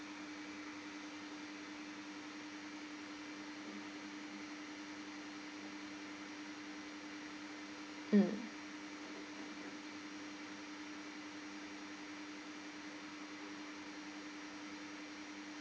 mm